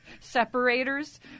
separators